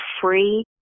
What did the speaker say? free